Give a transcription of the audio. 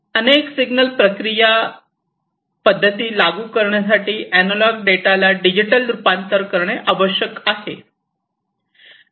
अनेक सिग्नल प्रक्रिया पद्धती लागू करण्यासाठी एनालॉग डेटाला डिजिटल रूपांतरण आवश्यक आहे